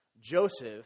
Joseph